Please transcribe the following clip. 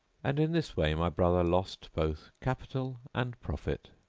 and in this way my bother lost both capital and profit.